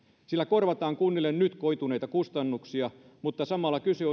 sillä korvataan kunnille nyt koituneita kustannuksia mutta samalla kyse